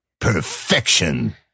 perfection